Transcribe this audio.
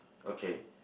okay